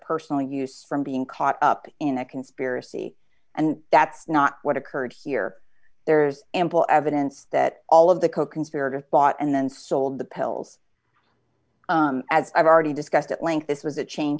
personal use from being caught up in a conspiracy and that's not what occurred here there's ample evidence that all of the coconspirator bought and then sold the pills as i've already discussed at length this was a chain